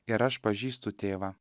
ir aš pažįstu tėvą